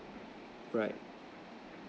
right